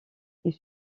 est